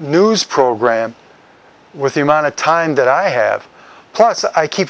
news program with the amount of time that i have plus i keep